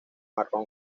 marrón